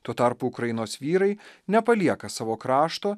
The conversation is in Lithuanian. tuo tarpu ukrainos vyrai nepalieka savo krašto